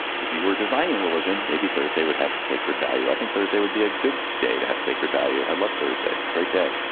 if you were designing religion, maybe thursday would have sacred value. i think thursday would be a good day to have sacred value. i love thursday's great day.